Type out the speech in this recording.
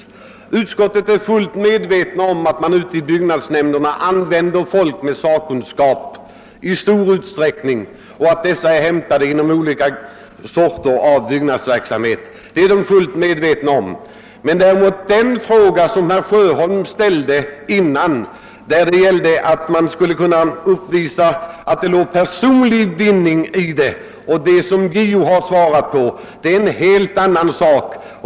Inom utskottet är man fullt medveten om att byggnadsnämnderna i stor utsträckning använder folk med sakkunskap och att dessa är hämtade från olika grenar av byggnadsverksamheten. Men den fråga som herr Sjöholm ställde och som gäller att förhindra erhållande av personlig vinning — JO har besvarat denna fråga — är en helt annan sak.